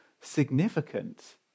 significant